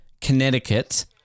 Connecticut